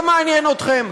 לא מעניין אתכם.